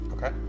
Okay